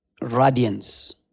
radiance